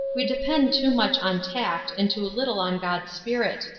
we depend too much on tact and too little on god's spirit.